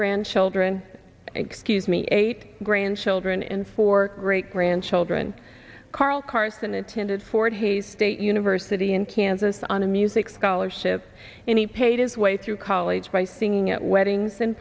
grandchildren excuse me eight grandchildren and four great grandchildren carl carson attended fort hays state university in kansas on a music scholarship and he paid his way through college by singing at weddings and